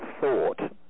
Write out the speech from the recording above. thought